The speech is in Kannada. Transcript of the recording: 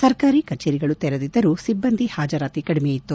ಸರ್ಕಾರಿ ಕಚೇರಿಗಳು ತೆರೆದಿದ್ದರೂ ಸಿಬ್ಬಂದಿ ಹಾಜರಾತಿ ಕಡಿಮೆ ಇತ್ತು